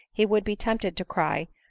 he would be tempted to cry,